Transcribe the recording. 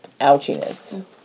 ouchiness